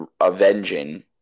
avenging